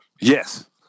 Yes